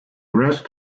rest